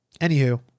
Anywho